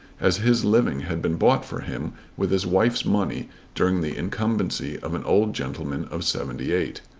as his living had been bought for him with his wife's money during the incumbency of an old gentleman of seventy-eight.